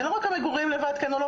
זה לא רק המגורים לבד כנושא,